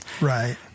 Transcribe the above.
Right